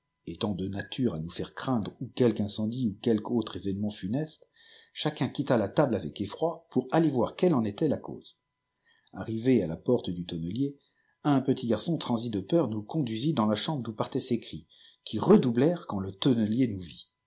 étant de nature à nous lre'ciainf ou qudque incendie ou quelque autre é véinemeiit fujq cijbi quitta la table avec efroi pour ajuer yoir queue m fl h cause arrivés à la porte du tonoehe m pjift garçon ti âp peur nous conduisit dans la chandire d'x ù ptaint ce cris w redoublèrent quand le tonneuer nous